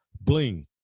bling